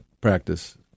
practice